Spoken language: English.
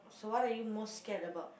so what are you most scared about